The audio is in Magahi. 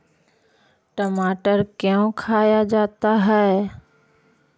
टमाटर क्यों खाया जाता है?